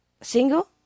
single